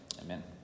Amen